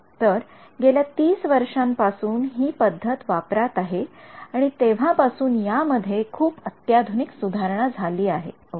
तर गेल्या ३० वर्षांपासून हि पद्धत वापरात आहे वेळ ०५१९ पहा आणि तेव्हा पासून या मध्ये खूप अत्याधुनिक सुधारणा झाली आहे ओके